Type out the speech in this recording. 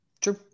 True